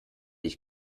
ich